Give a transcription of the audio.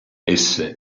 esse